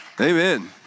Amen